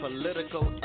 political